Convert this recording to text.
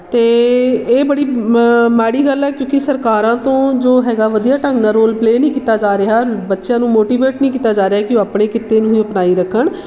ਅਤੇ ਇਹ ਬੜੀ ਮ ਮਾੜੀ ਗੱਲ ਆ ਕਿਉਂਕਿ ਸਰਕਾਰਾਂ ਤੋਂ ਜੋ ਹੈਗਾ ਵਧੀਆ ਢੰਗ ਨਾਲ ਰੋਲ ਪਲੇਅ ਨਹੀਂ ਕੀਤਾ ਜਾ ਰਿਹਾ ਬੱਚਿਆਂ ਨੂੰ ਮੋਟੀਵੇਟ ਨਹੀਂ ਕੀਤਾ ਜਾ ਰਿਹਾ ਕਿ ਉਹ ਆਪਣੇ ਕਿੱਤੇ ਨੂੰ ਹੀ ਅਪਣਾਈ ਰੱਖਣ